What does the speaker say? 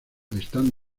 están